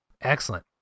Excellent